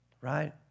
right